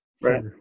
right